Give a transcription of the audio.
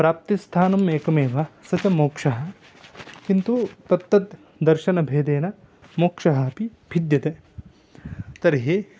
प्राप्तिस्थानम् एकमेव सः च मोक्षः किन्तु तत्तत् दर्शनभेदेन मोक्षः अपि भिद्यते तर्हि